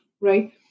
Right